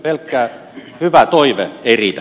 pelkkä hyvä toive ei riitä